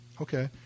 Okay